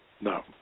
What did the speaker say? no